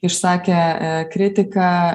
išsakė kritiką